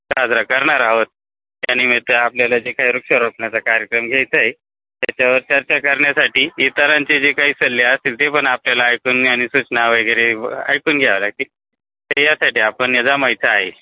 साजरा करणार आहोत त्यानिमित्त आपल्याला जे काही वृक्षारोपणाचा कार्यक्रम घ्यायचं आहे त्याच्यावर चर्चा करण्यासाठी इतरांचे जे काही सल्ले असतील ते पण आपल्याला ऐकून आणि सूचना वगैरे ऐकून घ्याव्या लागतील तर यासाठी आपण ये जमायचं आहे